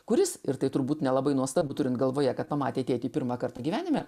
kuris ir tai turbūt nelabai nuostabu turint galvoje kad pamatė tėtį pirmą kartą gyvenime